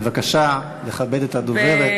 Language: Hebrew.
בבקשה לכבד את הדוברת.